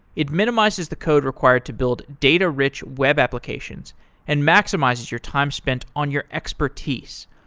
it minimizes the code required to build data rich web applications and maximizes your time spent on your expertise.